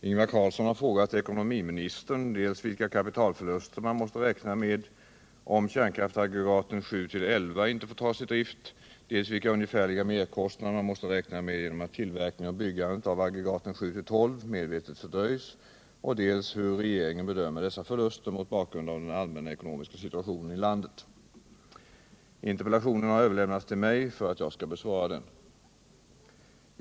71, till ekonomiministern, och anförde: Om kostnaderna Herr talman! Ingvar Carlsson har frågat ekonomiministern dels vilka — för utebliven kapitalförluster man måste räkna med om kärnkraftsaggregaten 7-11 inte = kärnkraftsutbyggfår tas i drift, dels vilka ungefärliga merkostnader man måste räkna med = nad genom att tillverkningen och byggandet av aggregaten 7-12 medvetet fördröjs och dels hur regeringen bedömer dessa förluster mot bakgrund av den allmänna ekonomiska situationen i landet. Interpellationen har överlämnats till mig för att jag skall besvara den.